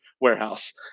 warehouse